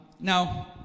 Now